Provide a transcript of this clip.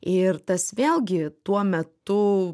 ir tas vėlgi tuo metu